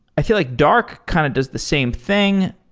i feel like dark kind of does the same thing,